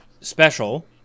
special